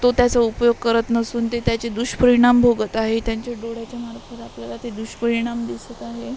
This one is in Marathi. तो त्याचा उपयोग करत नसून ते त्याचे दुष्परिणाम भोगत आहे त्यांच्या डोळ्याच्या मार्फत आपल्याला ते दुष्परिणाम दिसत आहे